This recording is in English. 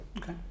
Okay